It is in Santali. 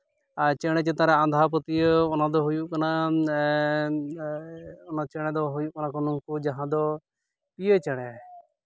ᱪᱮᱬᱮ ᱪᱮᱛᱟᱱ ᱨᱮ ᱟᱸᱫᱷᱟ ᱯᱟᱹᱛᱭᱟᱹᱣ ᱚᱱᱟ ᱫᱚ ᱦᱩᱭᱩᱜ ᱠᱟᱱᱟ ᱮᱜ ᱚᱱᱟ ᱪᱮᱬᱮ ᱫᱚ ᱦᱩᱭᱩᱜ ᱠᱟᱱᱟ ᱠᱚ ᱱᱩᱝᱠᱩ ᱡᱟᱦᱟᱸ ᱫᱚ ᱯᱤᱭᱟᱹ ᱪᱮᱬᱮ